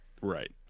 right